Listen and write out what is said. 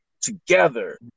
together